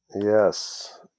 Yes